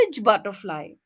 butterfly